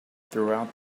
throughout